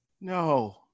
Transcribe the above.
no